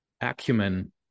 acumen